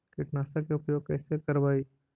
कीटनाशक के उपयोग कैसे करबइ?